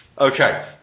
Okay